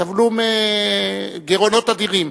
סבלו מגירעונות אדירים.